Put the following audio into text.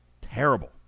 Terrible